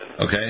Okay